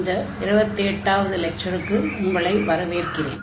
இந்த 28 வது லெக்சருக்கு உங்களை வரவேற்கிறேன்